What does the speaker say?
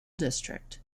district